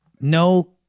no